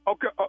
Okay